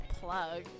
plug